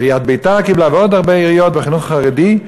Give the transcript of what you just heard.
עיריית ביתר קיבלה ועוד הרבה עיריות בחינוך החרדי,